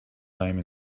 time